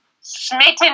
smitten